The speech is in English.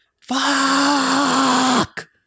Fuck